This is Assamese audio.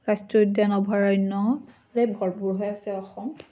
ৰাষ্ট্ৰীয় উদ্যান অভয়াৰণ্য হৈ আছে অসম